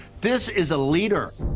this is a leader!